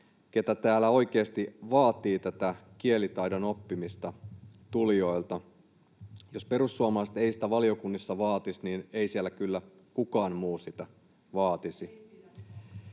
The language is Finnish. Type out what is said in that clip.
joka täällä oikeasti vaatii tätä kielitaidon oppimista tulijoilta. Jos perussuomalaiset eivät sitä valiokunnissa vaatisi, niin ei siellä kyllä kukaan muu sitä vaatisi.